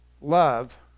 Love